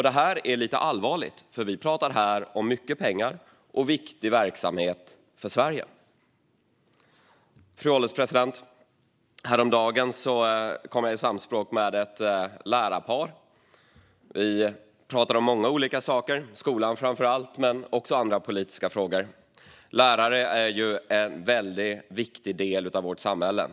Det här är allvarligt, för vi pratar om mycket pengar och för Sverige viktig verksamhet. Fru ålderspresident! Häromdagen kom jag i samspråk med ett lärarpar. Vi pratade om många olika saker, framför allt skolan men också andra politiska frågor. Lärare är ju en väldigt viktig del av vårt samhälle.